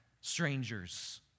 strangers